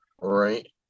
Right